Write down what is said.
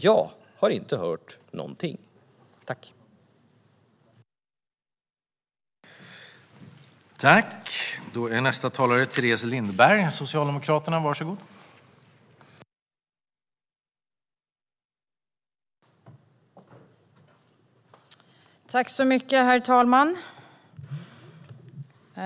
Jag har inte hört någonting.